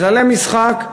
וכללי המשחק,